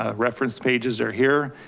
ah reference pages are here,